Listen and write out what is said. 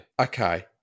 Okay